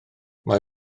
mae